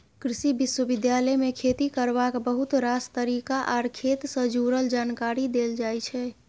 कृषि विश्वविद्यालय मे खेती करबाक बहुत रास तरीका आर खेत सँ जुरल जानकारी देल जाइ छै